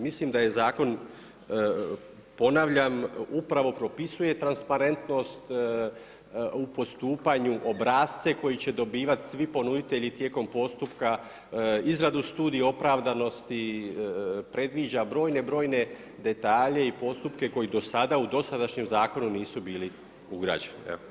Mislim da je zakon, ponavljam, upravo propisuje transparentnost, u postupanju, obrasce koji će dobivati svi ponuditelji tijekom postupka, izradu studiju opravdanosti, predviđa brojne, brojne detalje i postupke koji do sada, u dosadašnjem zakonu nisu bili ugrađeni.